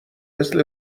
مثل